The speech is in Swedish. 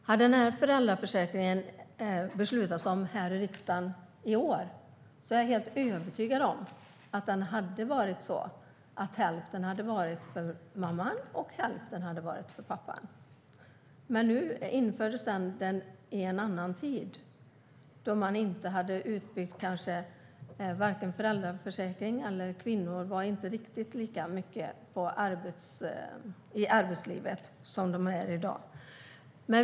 Om riksdagen hade fattat beslut om föräldraförsäkringen i år är jag helt övertygad om att hälften hade varit för mamman och hälften för pappan. Men föräldraförsäkringen infördes i en annan tid, då kvinnor inte fanns lika mycket ute i arbetslivet som i dag.